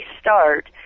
start